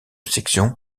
section